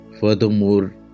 Furthermore